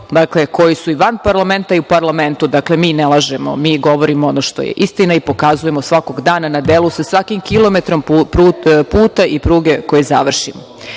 mnogih koji su i van parlamenta i u parlamentu. Dakle, mi ne lažemo. Mi govorimo ono što je istina i pokazujemo svakog dana na delu, sa svakim kilometrom puta i pruge koji završimo. Deonica